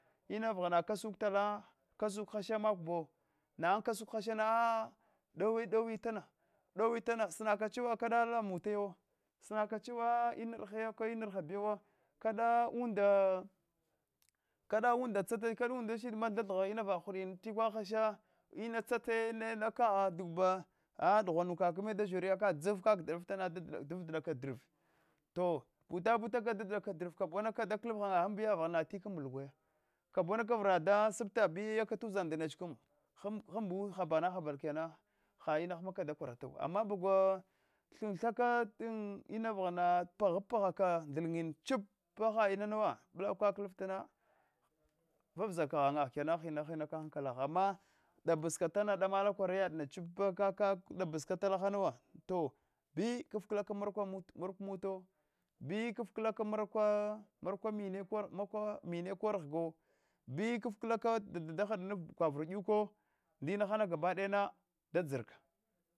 Ina vaghanaa kasuk tala kasuk hasha makbo na an kasuk hasha a dow douk dowitana sinaka chuwa kata ala muta bawo sinaka chuwa mar haya, maar haya bowo kada umla kanta usuka tsakya kada unda shilma thethgha inova hudive tikwa hasha inech tsataya nemakaagh duda a dughwa mika da zhoriya kaka dzau kaka daadaftana dfdaka dan drve kabuwaka da klf ghanye amdiya vaghana tikam ngutute kabuma ura dasabtaka bi yayaka watu ushua ndeche kams homibu haba haba kana har inahanma da katatat, ama bagwa thinthaka an ina vaghana paghab paghaka inank ndilnyina chipa ha inanuwa balek kaka kllattena vausaka ahaunyash kana hina hina hankalagha ama dabaska tana damale koryandna ala chipa to kaka dabaskata mutoulo, to bi kafkala ka marakak mina marakwa mina kor ghga bi kafkala kaulo dada hadanatta baga virduko ndina hiahana gabadayana dadzirka